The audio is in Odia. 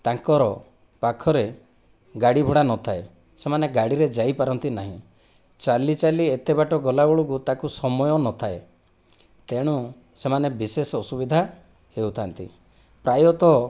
ତାଙ୍କ ପାଖରେ ଗାଡ଼ି ଭଡ଼ା ନଥାଏ ସେମାନେ ଗାଡ଼ିରେ ଯାଇପାରନ୍ତି ନାହିଁ ଚାଲିଚାଲି ଏତେ ବାଟ ଗଲାବେଳକୁ ତାକୁ ସମୟ ନଥାଏ ତେଣୁ ସେମାନେ ବିଶେଷ ଅସୁବିଧା ହେଉଥାନ୍ତି ପ୍ରାୟତଃ